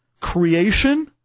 creation